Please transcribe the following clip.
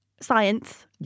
Science